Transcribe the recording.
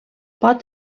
pot